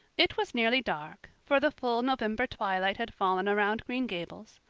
it was nearly dark, for the full november twilight had fallen around green gables,